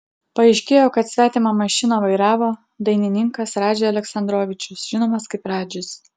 paaiškėjo kad svetimą mašiną vairavo dainininkas radži aleksandrovičius žinomas kaip radžis